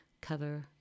cover